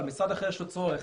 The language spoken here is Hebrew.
אבל למשרד אחר יש צורך